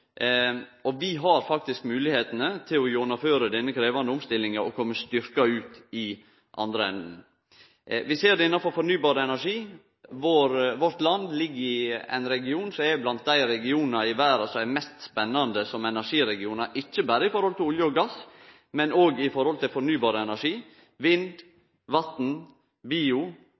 og vi har faktisk moglegheitene til å gjennomføre denne krevjande omstillinga og kome styrkte ut i den andre enden. Vi ser det innanfor fornybar energi. Vårt land ligg i ein region som er blant dei regionane i verda som er mest spennande som energiregion, ikkje berre i forhold til olje og gass, men òg i forhold til fornybar energi, vind, vatn, bio